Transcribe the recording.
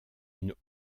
une